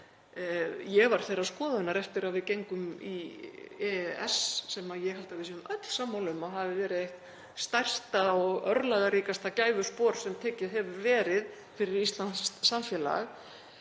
þegar þeirrar skoðunar eftir að við gengum í EES, sem ég held að við séum öll sammála um að hafi verið eitt stærsta og örlagaríkasta gæfuspor sem tekið hefur verið fyrir íslenskt samfélag,